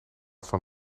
van